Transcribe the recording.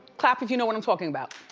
clap if you know what i'm talking about.